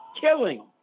killing